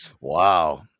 Wow